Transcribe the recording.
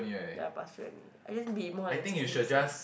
ya pass only I just be more than sixty percent